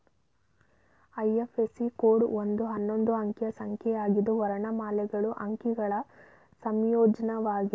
IFSC code ಒಂದು ಹನ್ನೊಂದು ಅಂಕಿಯ ಸಂಖ್ಯೆಯಾಗಿದ್ದು ವರ್ಣಮಾಲೆಗಳು ಅಂಕಿಗಳ ಸಂಯೋಜ್ನಯಾಗಿದೆ